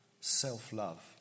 Self-love